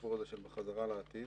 הסיפור של "בחזרה לעתיד".